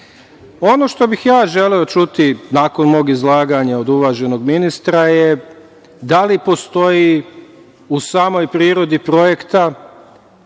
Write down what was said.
što bih ja želeo čuti nakon mog izlaganja od uvaženog ministra je - da li postoji u samoj prirodi projekta